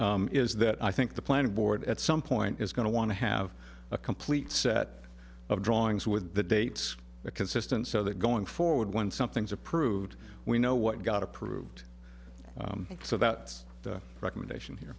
this is that i think the planning board at some point is going to want to have a complete set of drawings with the dates consistent so that going forward when something's approved we know what got approved so that's the recommendation here